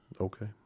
Okay